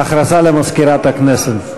הודעה למזכירת הכנסת.